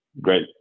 great